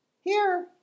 Here